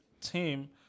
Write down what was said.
team